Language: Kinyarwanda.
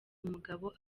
umugabo